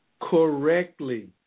correctly